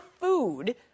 food